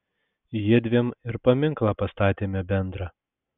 jiedviem ir paminklą pastatėme bendrą